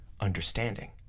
understanding